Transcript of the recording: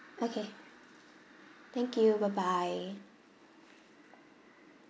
okay thank you bye bye